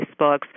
Facebooks